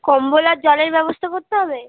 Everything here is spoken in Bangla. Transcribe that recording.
কম্বল আর জলের ব্যবস্থা করতে হবে